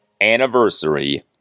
anniversary